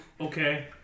Okay